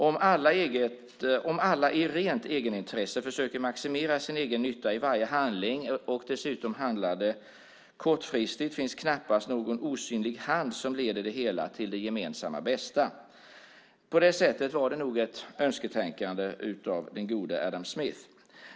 Om alla i rent egenintresse försökte maximera sin egen nytta i varje handling och dessutom handlade kortsiktigt finns knappast någon osynlig hand som leder det hela till det gemensamma bästa. På det sättet var det nog ett önsketänkande av den gode Adam Smith.